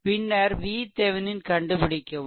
பின்னர் VThevenin கண்டுபிடிக்கவும்